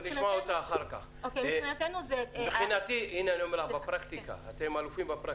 מבחינתי אתם אלופים בפרקטיקה,